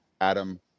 Adam